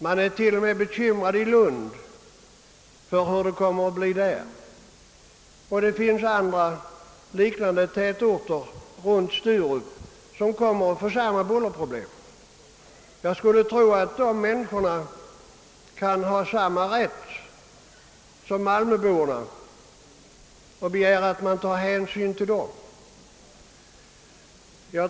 Man är till och med i Lund bekymrad för hur förhållandena där kommer att bli. Också andra liknande tätorter runt Sturup kommer att få samma bullerproblem. Invånarna i dessa samhällen kan ha samma rätt som malmöborna att begära att man tar hänsyn till dem.